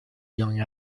young